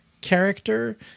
character